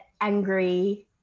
angry